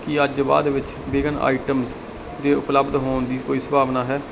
ਕੀ ਅੱਜ ਬਾਅਦ ਵਿੱਚ ਵਿਗਨ ਆਇਟਮਸ ਦੇ ਉਪਲੱਬਧ ਹੋਣ ਦੀ ਕੋਈ ਸੰਭਾਵਨਾ ਹੈ